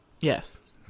yes